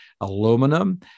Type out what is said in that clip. aluminum